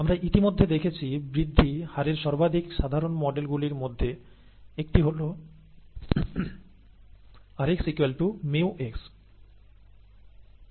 আমরা ইতিমধ্যে দেখেছি বৃদ্ধি হারের সর্বাধিক সাধারণ মডেল গুলির মধ্যে একটি হল rx μx